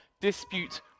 dispute